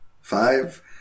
Five